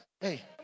Hey